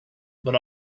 but